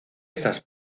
estas